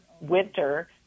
winter